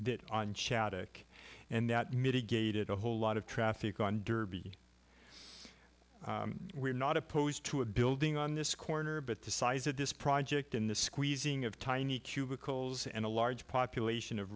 chadwick and that mitigated a whole lot of traffic on derby we're not opposed to a building on this corner but the size of this project in the squeezing of tiny cubicles and a large population of